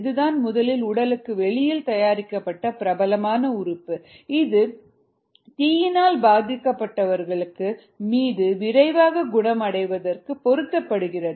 இதுதான் முதலில் உடலுக்கு வெளியில் தயாரிக்கப்பட்ட பிரபலமான உறுப்பு இது தீயினால் பாதிக்கப்பட்டவர்களின் மீது விரைவாக குணம் அடைவதற்காக பொருத்தப்படுகிறது